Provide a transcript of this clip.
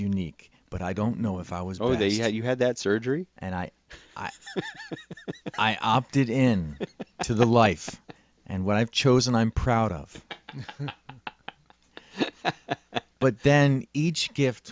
unique but i don't know if i was over there yet you had that surgery and i i opted in to the life and what i've chosen i'm proud of but then each gift